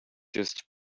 just